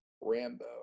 Rambo